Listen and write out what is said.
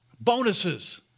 Bonuses